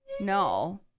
No